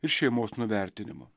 ir šeimos nuvertinimo